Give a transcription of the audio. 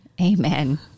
Amen